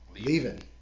leaving